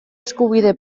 eskubide